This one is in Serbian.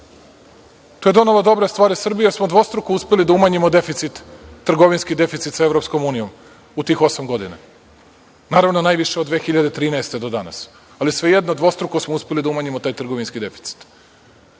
To je donelo dobre stvari Srbiji, jer smo dvostruko uspeli da umanjimo deficit trgovinski sa EU u tih osam godina, naravno, najviše od 2013. godine do danas, ali svejedno, dvostruko smo uspeli da umanjimo taj trgovinski deficit. Hajde